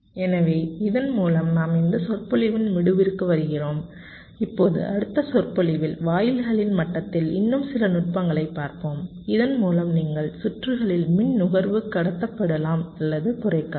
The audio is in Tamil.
எனவே இதன் மூலம் நாம் இந்த சொற்பொழிவின் முடிவிற்கு வருகிறோம் இப்போது அடுத்த சொற்பொழிவில் வாயில்களின் மட்டத்தில் இன்னும் சில நுட்பங்களைப் பார்ப்போம் இதன் மூலம் நீங்கள் சுற்றுகளில் மின் நுகர்வு கட்டுப்படுத்தலாம் அல்லது குறைக்கலாம்